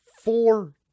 four